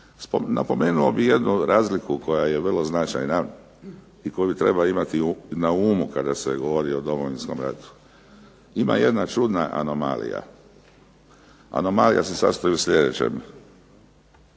Napomenuo bih jednu razliku koja je vrlo značajna i koju bi trebalo imati na umu kada se govori o Domovinskom ratu. Ima jedna čudna anomalija. Anomalija se sastoji u sljedećem.